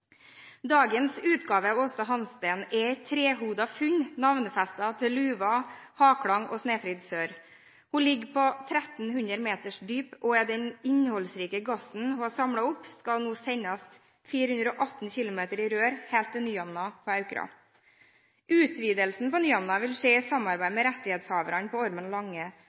Dagens utgave av Aasta Hansteen er et trehodet funn, navnefestet til Luva, Haklang og Snefrid Sør. Hun ligger på 1 300 meters dyp, og den innholdsrike gassen hun har samlet opp, skal nå sendes 418 km i rør, helt til Nyhamna på Aukra. Utvidelsen på Nyhamna vil skje i samarbeid med rettighetshaverne på Ormen Lange,